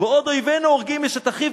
"בעוד אויבינו הורגים איש את אחיו